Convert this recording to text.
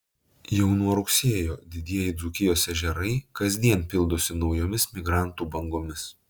jau nuo rugsėjo didieji dzūkijos ežerai kasdien pildosi naujomis migrantų bangomis